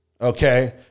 okay